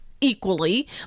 Equally